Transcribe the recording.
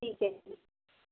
ਠੀਕ ਹੈ ਜੀ